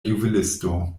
juvelisto